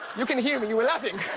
you can hear me, you were laughing.